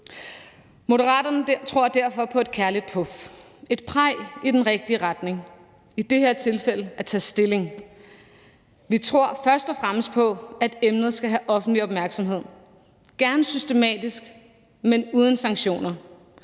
Moderaterne tror derfor på et kærligt puf, et praj i den rigtige retning. I det her tilfælde er det at tage stilling. Vi tror først og fremmest på, at emnet skal have offentlig opmærksomhed, gerne systematisk, men uden sanktioner.